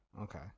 okay